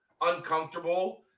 uncomfortable